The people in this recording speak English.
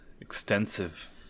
Extensive